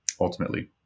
ultimately